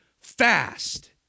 fast